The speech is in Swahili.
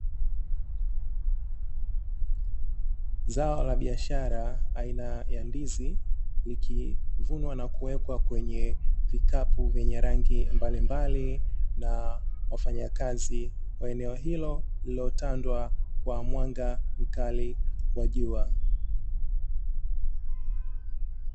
Zao la biashara aina ya ndizi likivunwa na kuwekwa kwenye vikapu vyenye rangi mbalimbali na wafanyakazi wa eneo hilo, lililotandwa kwa mwanga mkali wa jua.